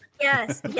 Yes